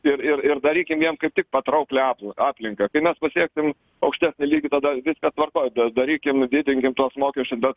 ir ir ir darykim jiem kaip tik patrauklią apl aplinką kai mes pasieksim aukštesnį lygį tada viskas tvarkoj darykim didinkim tuos mokesčius bet